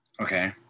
Okay